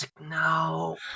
No